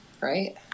right